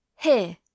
Here